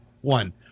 one